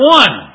one